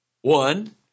One